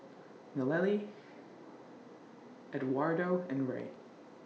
Nallely Edwardo and Rey